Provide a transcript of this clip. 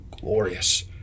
glorious